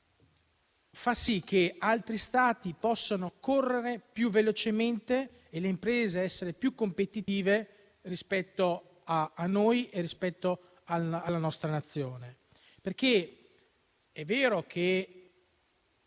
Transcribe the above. fa sì che altri Stati possano correre più velocemente e le imprese essere più competitive rispetto a quella della nostra Nazione. È vero che